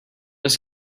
does